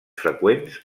freqüents